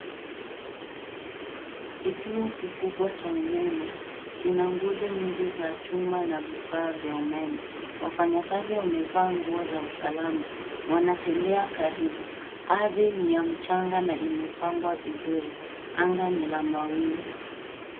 Kituo kikubwa cha umeme kina nguzo nyingi za chuma na vifaa vya umeme. Wafanyakazi wamevaa nguo za usalama wanatembea karibu. Ardhi ni ya mchanga na imepangwa vizuri. Anga ni la mawingu.